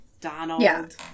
Donald